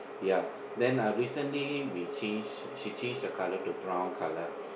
yeah then uh recently we change she changed the colour to brown colour